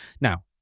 Now